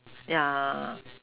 yeah